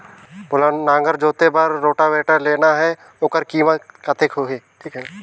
मोला नागर जोते बार रोटावेटर लेना हे ओकर कीमत कतेक होही?